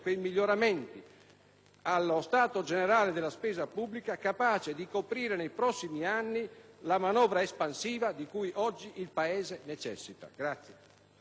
allo stato generale della spesa pubblica capaci di coprire, nei prossimi anni, la manovra espansiva di cui oggi il Paese necessita.